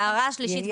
ההערה השלישית,